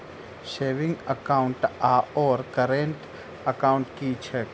Saving account आओर current account की छैक?